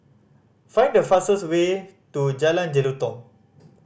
find the fastest way to Jalan Jelutong